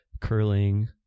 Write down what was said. curling